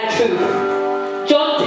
John